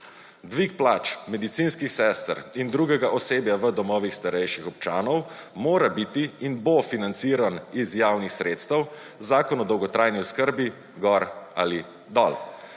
Dvig plač medicinskih sester in drugega osebja v domovih starejših občanov mora biti in bo financiran iz javnih sredstev Zakon o dolgotrajni oskrbi gor ali dol.